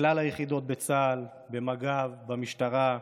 בכלל היחידות בצה"ל, במג"ב, במשטרה,